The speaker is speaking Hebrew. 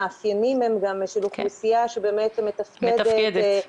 המאפיינים הם גם של אוכלוסייה שבאמת מתפקדת.